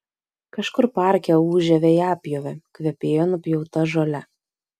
kažkur parke ūžė vejapjovė kvepėjo nupjauta žole